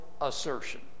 assertion